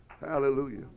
Hallelujah